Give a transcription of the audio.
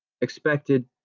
expected